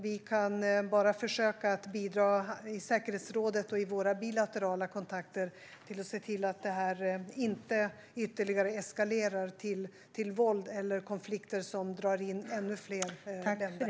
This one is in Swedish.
Vi kan bara försöka bidra i säkerhetsrådet och i våra bilaterala kontakter för att se till att detta inte ytterligare eskalerar till våld eller konflikter som drar in ännu fler länder.